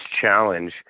challenge